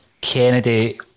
Kennedy